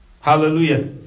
Hallelujah